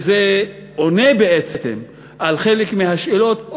וזה עונה בעצם על חלק מהשאלות,